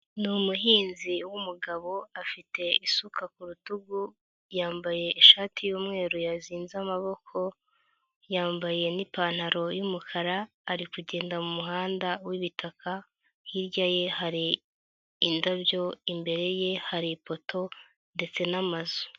Ni umuhinzi w'umugabo afite isuka ku rutugu, yambaye ishati y'umweru yazinze amaboko, yambaye n'ipantaro y'umukara ari kugenda mu muhanda w'ibitaka. Hirya ye hari indabyo imbere ye hari ipoto ndetse n'amazu.